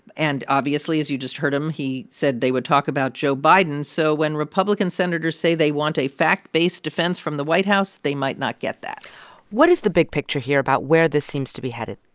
and obviously, as you just heard him, he said they would talk about joe biden. so when republican senators say they want a fact-based defense from the white house, they might not get that what is the big picture here about where this seems to be headed?